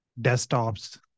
desktops